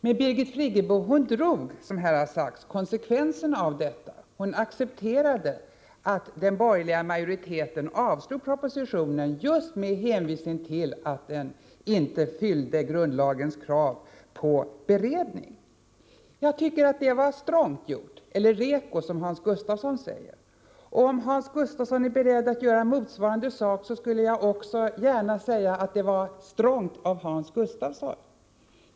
Men Birgit Friggebo drog konsekvensen och accepterade att den borgerliga majoriteten avslog propositionen just med hänvisning till att den inte fyllde grundlagens krav på beredning. Jag tycker att det var strongt gjort —- eller reko, som Hans Gustafsson säger. Om han är beredd att göra motsvarande sak skulle jag gärna säga att det var strongt av Hans Gustafsson.